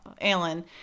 Alan